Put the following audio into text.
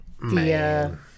man